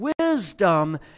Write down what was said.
wisdom